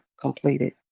completed